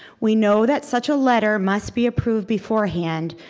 we know that such a letter must be approved beforehand,